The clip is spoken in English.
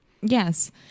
Yes